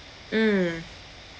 mm